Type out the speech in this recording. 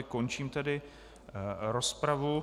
Končím tedy rozpravu.